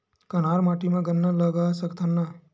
कन्हार माटी म गन्ना लगय सकथ न का?